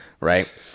right